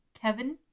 Kevin